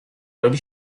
robi